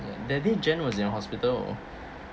that that day jen was in the hospital orh